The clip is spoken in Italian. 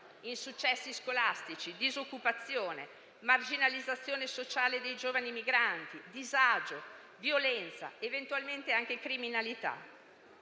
insuccessi scolastici, disoccupazione, marginalizzazione sociale dei giovani migranti, disagio, violenza ed eventualmente anche criminalità.